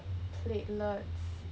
platelets